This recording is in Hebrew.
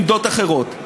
עמדות אחרות.